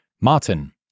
Martin